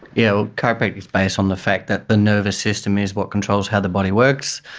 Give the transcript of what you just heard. you know chiropractic is based on the fact that the nervous system is what controls how the body works,